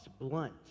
blunt